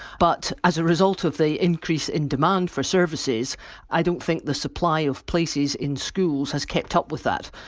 but as a result of the increase in demand for services i don't think the supply of places in schools has kept up with that.